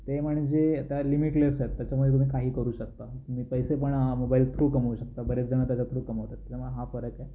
ते म्हणजे त्या लिमिटलेस आहेत त्याच्यामध्ये तुम्ही काही करू शकता तुम्ही पैसे पण मोबाईल थ्रू कमवू शकता बरेचं जण त्याच्या थ्रू कमावतात तेव्हा हा फरक आहे